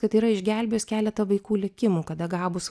kad yra išgelbėjus keletą vaikų likimų kada gabūs